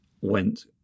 went